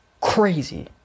crazy